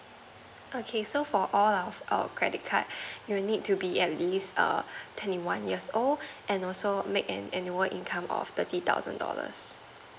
okay so for all of our credit card you would need to be at least err twenty one years old and also make an annual income of thirty thousand dollars